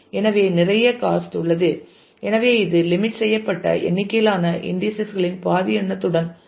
எனவே நிறைய காஸ்ட் உள்ளது எனவே இது லிமிட் செய்யப்பட்ட எண்ணிக்கையிலான இன்டீஸஸ் களின் பாதி எண்ணத்துடன் தொடங்கும்